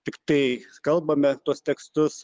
tiktai kalbame tuos tekstus